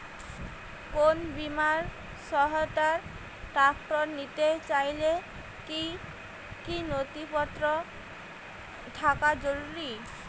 কোন বিমার সহায়তায় ট্রাক্টর নিতে চাইলে কী কী নথিপত্র থাকা জরুরি?